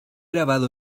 grabado